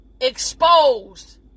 exposed